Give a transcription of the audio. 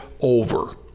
over